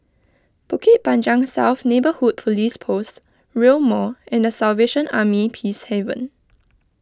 Bukit Panjang South Neighbourhood Police Post Rail Mall and the Salvation Army Peacehaven